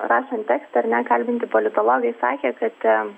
rašant tekstą ar ne kalbinti politologai sakė kad ten